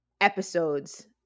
episodes